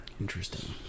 Interesting